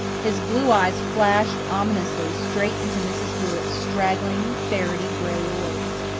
his blue eyes flashed ominously, straight into mrs. blewett's straggling, ferrety gray orbs.